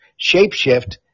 shapeshift